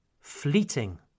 fleeting